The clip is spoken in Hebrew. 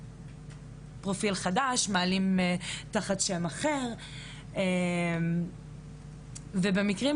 ובמקרים כאלה חשוב לזכור שהחברה שמגיעות ממנה הבנות,